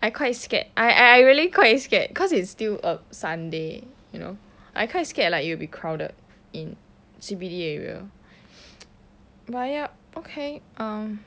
I quite scared I really quite scared cause it's still a sunday you know I quite scared like it will be crowded in C_B_D area but yup okay um